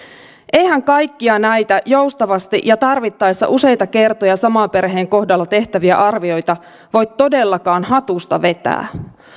eihän kaikkia näitä joustavasti ja tarvittaessa useita kertoja saman perheen kohdalla tehtäviä arvioita voi todellakaan hatusta vetää